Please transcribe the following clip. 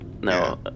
No